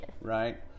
right